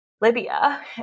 Libya